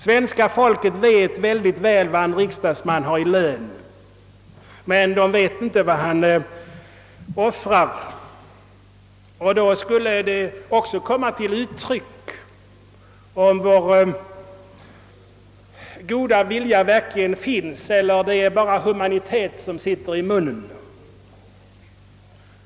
Svenska folket vet mycket väl vad en riksdagsman har i lön, men inte vad han offrar. Då skulle det också komma till uttryck om vår goda vilja verkligen finns eller om det bara är en humanitet som sitter i munnen.